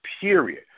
period